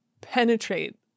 penetrate